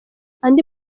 andi